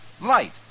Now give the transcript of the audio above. Light